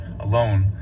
alone